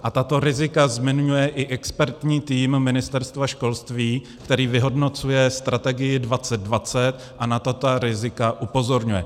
A tato rizika zmiňuje i expertní tým Ministerstva školství, který vyhodnocuje strategii 2020 a na tato rizika upozorňuje.